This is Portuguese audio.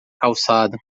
calçada